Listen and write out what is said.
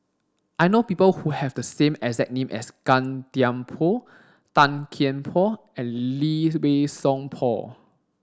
I know people who have the same as name as Gan Thiam Poh Tan Kian Por and Lee Wei Song Paul